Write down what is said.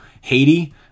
Haiti